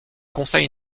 conseils